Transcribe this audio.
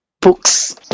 Books